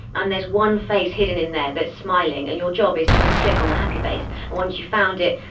and there's one face hidden in there that is smiling, and your job is to just click on the happy face. and once you've found it,